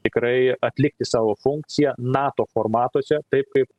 tikrai atlikti savo funkciją nato formatuose taip kaip